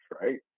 right